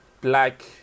black